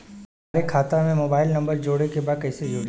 हमारे खाता मे मोबाइल नम्बर जोड़े के बा कैसे जुड़ी?